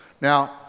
Now